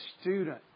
student